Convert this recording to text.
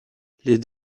les